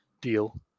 deal